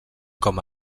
com